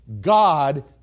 God